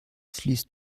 fließt